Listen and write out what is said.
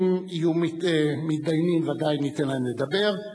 אם יהיו מתדיינים, ודאי ניתן להם לדבר,